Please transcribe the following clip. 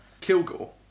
Kilgore